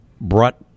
brought